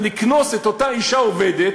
לקנוס את אותה אישה עובדת,